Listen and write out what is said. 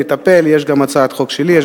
יש הצעת חוק שלי בעניין,